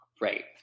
Right